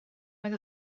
oedd